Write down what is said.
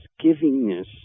givingness